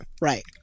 right